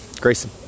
Grayson